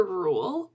rule